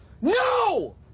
No